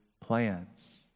plans